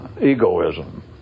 egoism